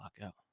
lockout